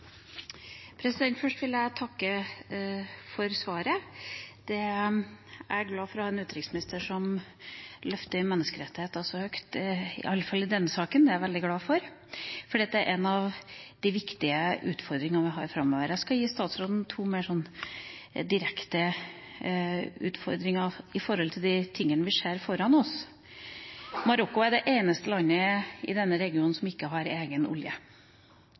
Først vil jeg takke for svaret. Jeg er glad for å ha en utenriksminister som løfter menneskerettigheter så høyt – i alle fall i denne saken. Det er jeg veldig glad for, for det er en av de viktige utfordringene vi har framover. Jeg skal gi statsråden to mer direkte utfordringer knyttet til det vi ser foran oss: Marokko er det eneste landet i denne regionen som ikke har egen oljeproduksjon. Nå prøver de å finne olje